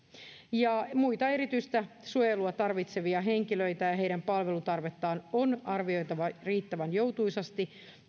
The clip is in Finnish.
muita erityistä suojelua tarvitsevia henkilöitä ja heidän palvelutarvettaan on arvioitava riittävän joutuisasti